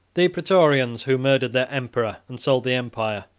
the praetorians, who murdered their emperor and sold the empire,